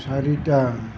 চাৰিটা